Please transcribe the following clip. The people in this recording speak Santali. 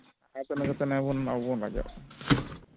ᱵᱟᱠᱷᱟᱱ ᱫᱚ ᱤᱱᱟᱹ ᱠᱟᱛᱮᱫ ᱟᱵᱚ ᱟᱵᱚᱱ ᱨᱟᱡᱚᱜᱼᱟ ᱛᱚ